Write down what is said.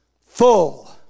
full